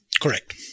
Correct